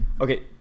Okay